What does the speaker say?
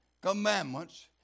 commandments